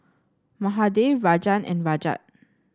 Mahade Rajan and Rajat